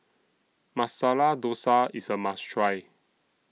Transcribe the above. Masala Dosa IS A must Try